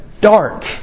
dark